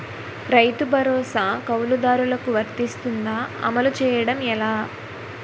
రైతు భరోసా కవులుదారులకు వర్తిస్తుందా? అమలు చేయడం ఎలా